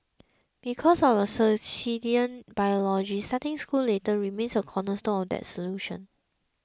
because of our circadian biology starting school later remains a cornerstone of that solution